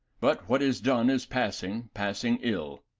but what is done, is passing, passing ill.